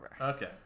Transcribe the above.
Okay